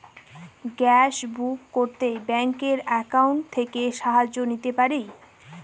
Gas book করতে ব্যাংকের account থেকে সাহায্য নিতে পারি?